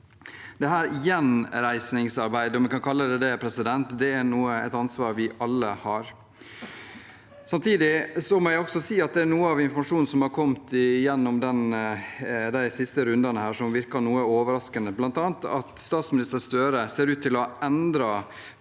Gjenreisningsarbeidet – om vi kan kalle det det – er et ansvar vi alle har. Samtidig må jeg si at det er noe av informasjonen som har kommet gjennom de siste rundene her, som virker noe overraskende, bl.a. at statsminister Støre ser ut til å ha endret